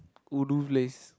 ulu place